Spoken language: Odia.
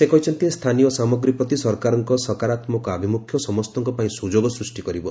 ସେ କହିଛନ୍ତି ସ୍ଥାନୀୟ ସାମଗ୍ରୀ ପ୍ରତି ସରକାରଙ୍କ ସକାରାତ୍ମକ ଅଭିମୁଖ୍ୟ ସମସ୍ତଙ୍କ ପାଇଁ ସୁଯୋଗ ସୃଷ୍ଟି କରିବ